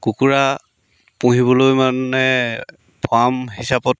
কুকুৰা পুহিবলৈ মানে ফাৰ্ম হিচাপত